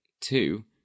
two